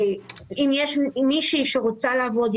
אם מישהי רוצה לעבוד,